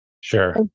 sure